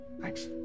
Thanks